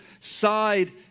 side